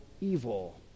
evil